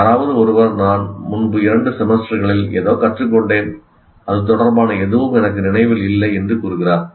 யாராவது ஒருவர் நான் முன்பு இரண்டு செமஸ்டர்களில் ஏதோ கற்றுக்கொண்டேன் அது தொடர்பான எதுவும் எனக்கு நினைவில் இல்லை என்று கூறுகிறார்